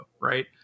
right